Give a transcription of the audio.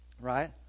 right